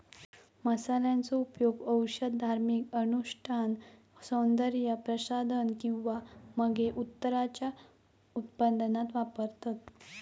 मसाल्यांचो उपयोग औषध, धार्मिक अनुष्ठान, सौन्दर्य प्रसाधन किंवा मगे उत्तराच्या उत्पादनात वापरतत